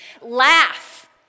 Laugh